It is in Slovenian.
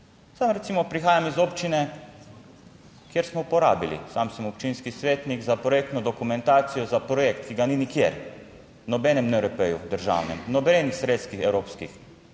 Sam recimo prihajam iz občine kjer smo porabili, sam sem občinski svetnik za projektno dokumentacijo, za projekt, ki ga ni nikjer v nobenem NRP državnem, nobenih sredstvih evropskih,